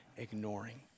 ignoring